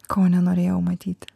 ko nenorėjau matyti